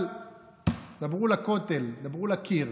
אבל דברו לכותל, דברו לקיר.